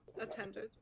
attended